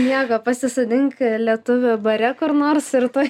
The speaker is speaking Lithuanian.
nieko pasisodink lietuvį bare kur nors ir tuoj